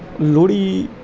Lohri